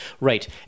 Right